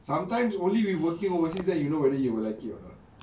sometimes only we working overseas then you know whether you will like it or not